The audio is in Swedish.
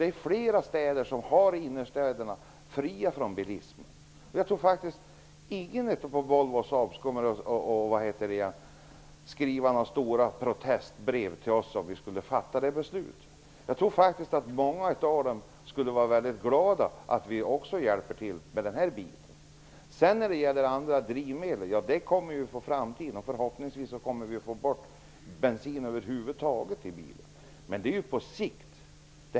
Det finns flera städer vars centrala delar är fria från bilar. Jag tror inte att någon på Volvo eller Saab skulle skriva stora protestbrev till oss om vi fattade ett sådant beslut. Jag tror att många av dem skulle vara glada för att vi hjälper till på det området. Vidare var det frågan om andra drivmedel. Det är något som framtiden får utvisa. Förhoppningsvis försvinner bensinen helt och hållet. Det är något som är på sikt.